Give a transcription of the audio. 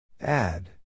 Add